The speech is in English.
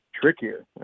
trickier